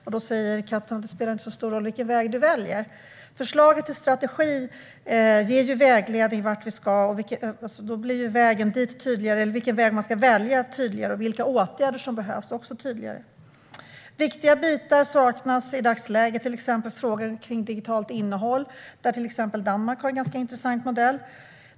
Katten säger: Då spelar det inte så stor roll vilken väg du väljer. Förslaget till strategi ger ju en vägledning om vart vi ska, och då blir det tydligare vilken väg man ska välja samt vilka åtgärder som behövs. Viktiga bitar saknas i dagsläget, till exempel frågor kring digitalt innehåll. Där har bland annat Danmark en ganska intressant modell.